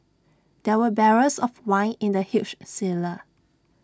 there were barrels of wine in the huge cellar